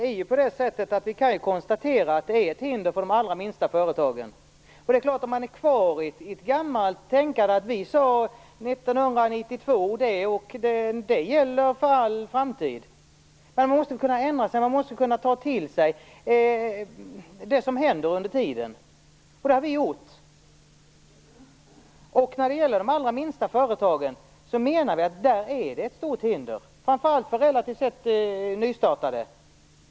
Fru talman! Vi kan konstatera att detta är ett hinder för de allra minsta företagen. Man kan vara kvar i ett gammalt tänkande om att vi sade något 1992, och att det gäller för all framtid. Men man måste kunna ändra sig, och kunna ta till sig det som händer under tiden. Det har vi i Vänsterpartiet gjort. Detta är ett stort hinder för de allra minsta företagen, framför allt för de relativt nystartade.